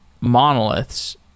monoliths